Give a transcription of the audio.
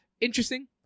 interesting